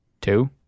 two